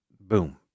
Boom